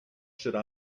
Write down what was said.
should